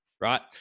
Right